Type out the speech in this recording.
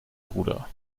bruder